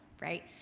right